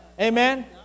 Amen